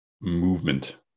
movement